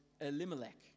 Elimelech